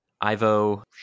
Ivo